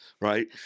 Right